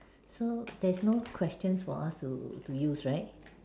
so there's no question for us to to use right